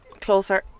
closer